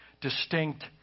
distinct